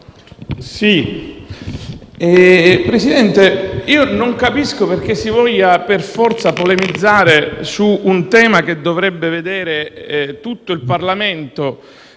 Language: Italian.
Presidente, io non capisco perché si voglia per forza polemizzare su un tema che dovrebbe vedere tutto il Parlamento